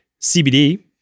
CBD